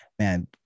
Man